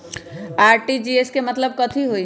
RTGS के मतलब कथी होइ?